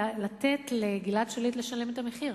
לתת לגלעד שליט לשלם את המחיר